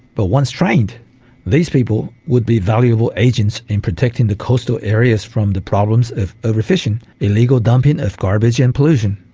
but once trained these people would be valuable agents in protecting the coastal areas from the problems of overfishing, illegal dumping of garbage, and pollution.